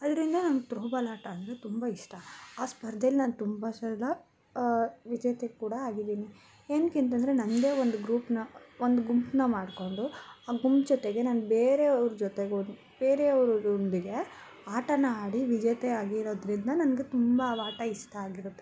ಅದರಿಂದ ನಂಗೆ ತ್ರೋಬಾಲ್ ಆಟ ಅಂದರೆ ತುಂಬ ಇಷ್ಟ ಆ ಸ್ಪರ್ಧೆಲಿ ನಾನು ತುಂಬ ಸಲ ವಿಜೇತೆ ಕೂಡ ಆಗಿದ್ದೀನಿ ಏನಕ್ಕೆ ಅಂತಂದರೆ ನನ್ನದೇ ಒಂದು ಗ್ರೂಪ್ನ ಒಂದು ಗುಂಪನ್ನ ಮಾಡಿಕೊಂಡು ಆ ಗುಂಪು ಜೊತೆಗೆ ನಾನು ಬೇರೆ ಅವ್ರ ಜೊತೆಗೂ ಬೇರೆಯವರೊಂದಿಗೆ ಆಟನ ಆಡಿ ವಿಜೇತೆ ಆಗಿರೋದರಿಂದ ನನ್ಗೆ ತುಂಬ ಅವಾಟ ಇಷ್ಟ ಆಗಿರುತ್ತೆ